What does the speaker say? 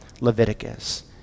Leviticus